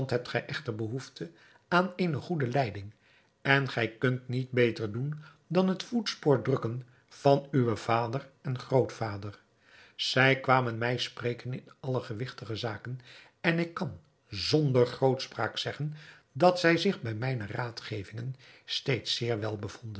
echter behoefte aan eene goede leiding en gij kunt niet beter doen dan het voetspoor drukken van uwen vader en grootvader zij kwamen mij spreken in alle gewigtige zaken en ik kan zonder grootspraak zeggen dat zij zich bij mijne raadgevingen steeds zeer wel